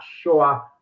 sure